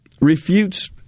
refutes